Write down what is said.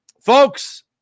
folks